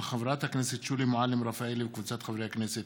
של חברת הכנסת שולי מועלם-רפאלי וקבוצת חברי הכנסת.